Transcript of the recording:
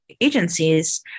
agencies